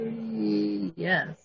Yes